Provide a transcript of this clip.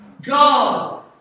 God